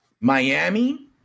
Miami